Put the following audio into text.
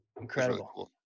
Incredible